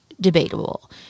Debatable